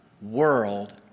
world